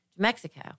Mexico